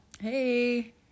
Hey